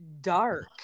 dark